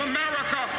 America